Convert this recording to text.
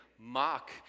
mock